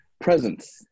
presence